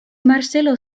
marcelo